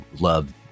love